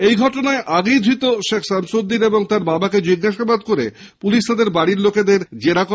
এই ঘটনায় আগেই ধত শেখ সামসৃদ্দিন ও তার বাবাকে জিজ্ঞাসাবাদ করে পুলিশ তাদের বাড়ির লোকেদের জেরা করে